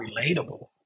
relatable